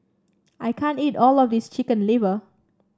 I can't eat all of this Chicken Liver